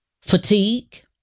fatigue